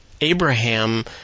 Abraham